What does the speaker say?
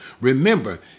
Remember